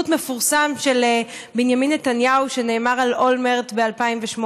מפורסם של בנימין נתניהו שנאמר על אולמרט ב-2008,